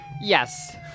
Yes